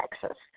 Texas